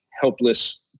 helpless